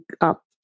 up